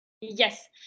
yes